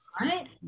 right